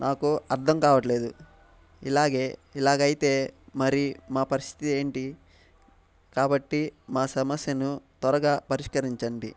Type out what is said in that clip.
నాకు అర్ధం కావడంలేదు ఇలాగే ఇలాగైతే మరి మా పరిస్థితి ఏంటి కాబట్టి మా సమస్యను త్వరగా పరిష్కరించండి